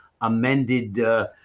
amended